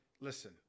listen